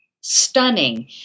stunning